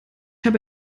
habe